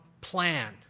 plan